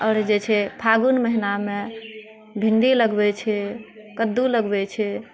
आओर जे छै फाल्गुन महिनामे भिण्डी लगबैत छै कद्दू लगबैत छै